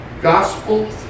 gospel